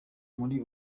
muri